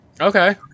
Okay